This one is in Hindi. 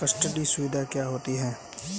कस्टडी सुविधा क्या होती है?